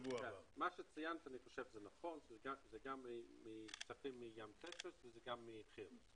ציינת נכון, זה גם כספים מים תטיס וגם מכי"ל.